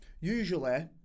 usually